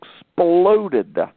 exploded